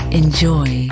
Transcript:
enjoy